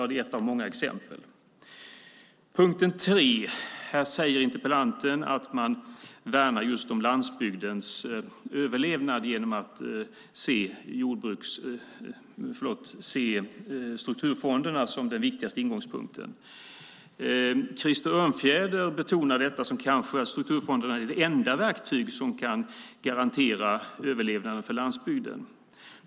Det är ett av många exempel. Den tredje punkten gäller att interpellanten säger att man värnar just om landsbygdens överlevnad genom att se strukturfonderna som den viktigaste ingångspunkten. Krister Örnfjäder betonar att strukturfonderna kanske är det enda verktyg som kan garantera överlevnaden för landsbygden.